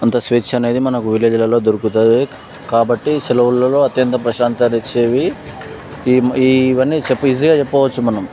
అంత స్వేచ్ఛ అనేది మనకు విలేజ్లోలో దొరుకుతాది కాబట్టి సెలవుల్లో అత్యంత ప్రశాంతత ఇచ్చేది ఇవన్నీ చెప్పి ఈజీగా చెప్పవచ్చు మనం